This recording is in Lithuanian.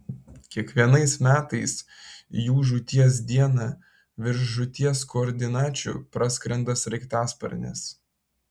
kiekvienais metais jų žūties dieną virš žūties koordinačių praskrenda sraigtasparnis